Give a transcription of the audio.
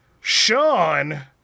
Sean